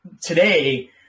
today